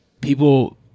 people